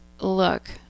look